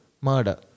murder